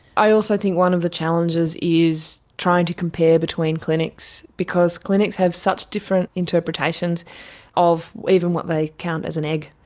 i also think one of the challenges is trying to compare between clinics because clinics have such different interpretations of even what they even count as an egg.